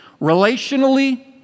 relationally